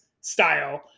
style